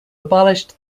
abolished